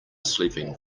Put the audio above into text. sleeping